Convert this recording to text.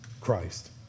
Christ